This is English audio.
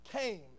came